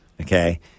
Okay